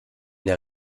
der